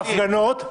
הפגנות.